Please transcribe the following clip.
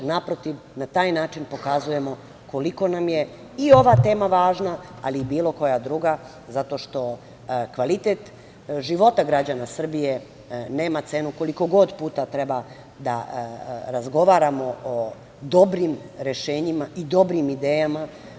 Naprotiv, na taj način pokazujemo koliko nam je i ova tema važna ali i bilo koja druga, zato što kvalitet života građana Srbije nema cenu, koliko god puta treba da razgovaramo o dobrim rešenjima i dobrim idejama.